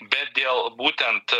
bet dėl būtent